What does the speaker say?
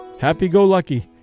happy-go-lucky